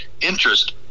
interest